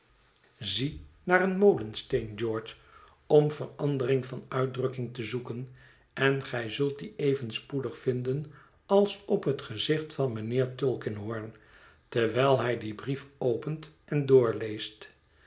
zie naar een molensteen george om verandering van uitdrukking te zoeken en gij zult die even spoedig vinden als op het gezicht van mijnheer tulkinghorn terwijl hij dien brief opent en doorleest